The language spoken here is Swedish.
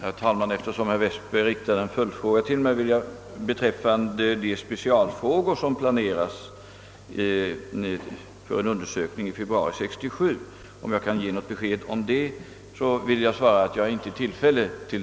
Herr talman! Herr Westberg riktade till mig följdfrågan, huruvida jag kan ge något besked om vilka specialfrågor som planeras i samband med undersökningen i februari. På den saken är jag ännu inte beredd att svara.